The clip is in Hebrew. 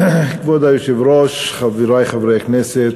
כבוד היושבת-ראש, חברי חברי הכנסת,